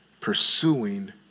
pursuing